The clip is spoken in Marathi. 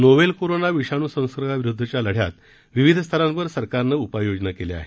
नोवेल कोरोना विषाणूसंसर्गाविरुद्धच्या लढ्यात विविध स्तरांवर सरकारने उपाययोजना केल्या आहेत